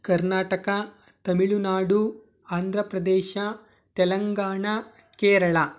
Karnataka Tamil Nadu Andhra Pradesh Telangana Kerala